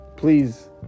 Please